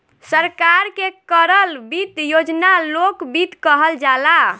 सरकार के करल वित्त योजना लोक वित्त कहल जाला